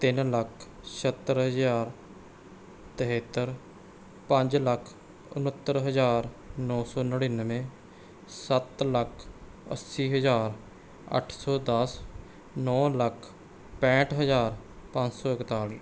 ਤਿੰਨ ਲੱਖ ਛਿਹੱਤਰ ਹਜ਼ਾਰ ਤਿਹੱਤਰ ਪੰਜ ਲੱਖ ਉਣਹੱਤਰ ਹਜ਼ਾਰ ਨੌ ਸੌ ਨੜਿਨਵੇਂ ਸੱਤ ਲੱਖ ਅੱਸੀ ਹਜ਼ਾਰ ਅੱਠ ਸੌ ਦਸ ਨੌ ਲੱਖ ਪੈਂਹਠ ਹਜ਼ਾਰ ਪੰਜ ਸੌ ਇਕਤਾਲੀ